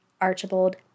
Archibald